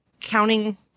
counting